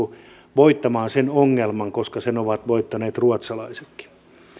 voittamaan sen ongelman koska sen ovat voittaneet ruotsalaisetkin